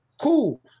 cool